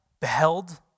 beheld